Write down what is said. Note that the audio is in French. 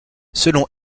selon